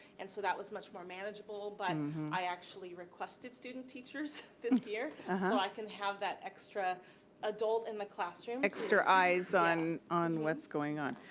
and so, that was much more manageable, but i actually requested student teachers this year so i can have that extra adult in the classroom. extra eyes on on what's going on.